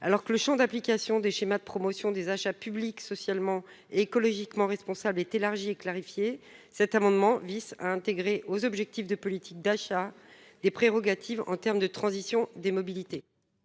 Alors que le champ d'application des schémas de promotion des achats publics socialement et écologiquement responsables est élargi et clarifié, cet amendement vise à intégrer aux objectifs de politique d'achat des prérogatives en termes de transition des mobilités.